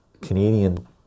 Canadian